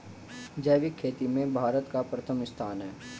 जैविक खेती में भारत का प्रथम स्थान है